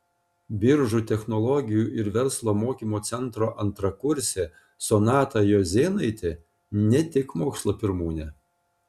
biržų technologijų ir verslo mokymo centro antrakursė sonata juozėnaitė ne tik mokslo pirmūnė